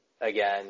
again